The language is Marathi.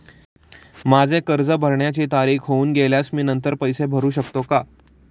माझे कर्ज भरण्याची तारीख होऊन गेल्यास मी नंतर पैसे भरू शकतो का?